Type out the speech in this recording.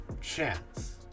chance